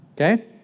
okay